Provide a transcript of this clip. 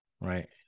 right